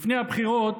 לפני הבחירות,